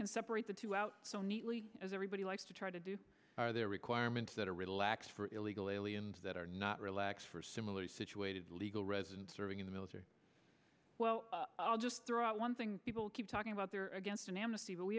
can separate the two out so neatly as everybody likes to try to do are their requirements that are relaxed for illegal aliens that are not relax for similarly situated legal residents serving in the military well i'll just throw out one thing people keep talking about they're against an amnesty but we